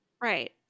Right